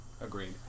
agreed